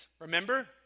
Remember